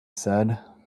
said